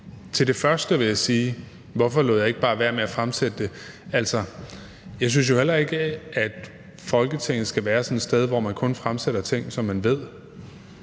til det første om, hvorfor jeg ikke bare lod være med at fremsætte det, vil jeg sige: Altså, jeg synes jo heller ikke, at Folketinget skal være sådan et sted, hvor man kun fremsætter ting, som man ved